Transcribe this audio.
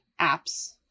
apps